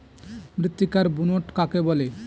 মৃত্তিকার বুনট কাকে বলে?